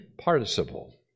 participle